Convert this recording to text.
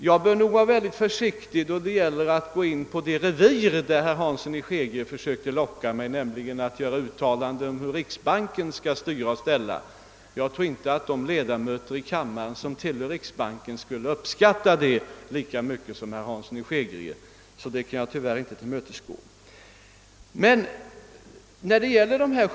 Jag bör nog vara mycket försiktig med: att gå in på det revir dit herr Hansson i Skegrie försökte locka mig, nämligen att göra uttalanden om hur riksbanken skall styra och ställa jag tror inte att de ledamöter i kammaren som tillhör riksbanken skulle uppskatta det. Därför kan jag tyvärr inte tillmötesgå hans önskemål därom.